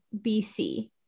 BC